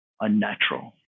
unnatural